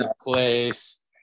Place